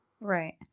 right